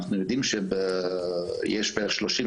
אנחנו יודעים שיש בערך 30,